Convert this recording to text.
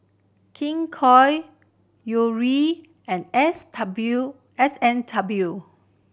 King Koil Yuri and S W S and W